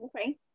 Okay